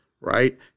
Right